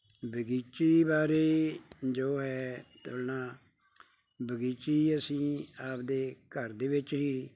ਬਗੀਚੀ ਬਾਰੇ ਜੋ ਹੈ ਤੁਲਨਾ ਬਗੀਚੀ ਅਸੀਂ ਆਪਦੇ ਘਰ ਦੇ ਵਿੱਚ ਹੀ